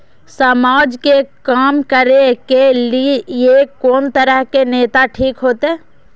समाज के काम करें के ली ये कोन तरह के नेता ठीक होते?